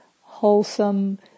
wholesome